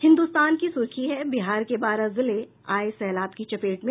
हिन्दुस्तान की सुर्खी है बिहार के बारह जिले आये सैलाब की चपेट में